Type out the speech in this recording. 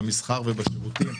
במסחר ובשירותים.